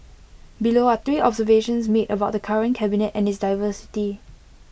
below are three observations made about the current cabinet and its diversity